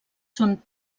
són